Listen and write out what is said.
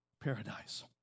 paradise